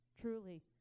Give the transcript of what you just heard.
truly